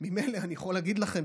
ממילא אני יכול להגיד לכם,